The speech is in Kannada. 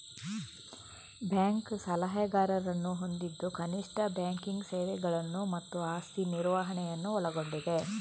ಬ್ಯಾಂಕ್ ಸಲಹೆಗಾರರನ್ನು ಹೊಂದಿದ್ದು ಕನಿಷ್ಠ ಬ್ಯಾಂಕಿಂಗ್ ಸೇವೆಗಳನ್ನು ಮತ್ತು ಆಸ್ತಿ ನಿರ್ವಹಣೆಯನ್ನು ಒಳಗೊಂಡಿದೆ